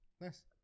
Nice